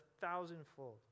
thousandfold